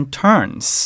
turns